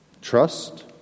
Trust